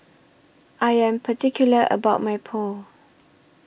I Am particular about My Pho